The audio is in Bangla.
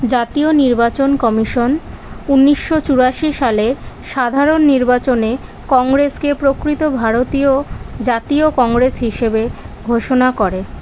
জাতীয় নির্বাচন কমিশন উনিশশো চুরাশি সালের সাধারণ নির্বাচনে কংগ্রেসকে প্রকৃত ভারতীয় জাতীয় কংগ্রেস হিসেবে ঘোষণা করে